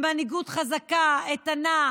למנהיגות חזקה, איתנה,